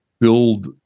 build